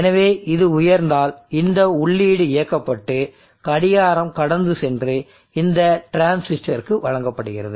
எனவே இது உயர்ந்தால் இந்த உள்ளீடு இயக்கப்பட்டு கடிகாரம் கடந்து சென்று இந்த டிரான்சிஸ்டருக்கு வழங்கப்படுகிறது